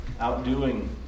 outdoing